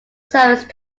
service